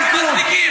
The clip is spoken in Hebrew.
נכון.